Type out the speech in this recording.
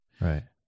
Right